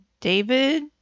David